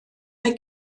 mae